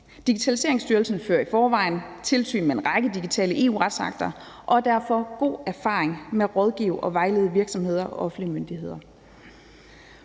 Digitaliseringsstyrelsen fører i forvejen tilsyn med en række digitale EU-retsakter og har derfor god erfaring med at rådgive og vejlede virksomheder og offentlige myndigheder.